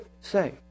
say